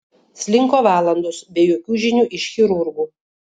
slinko valandos be jokių žinių iš chirurgų